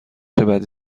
بعدی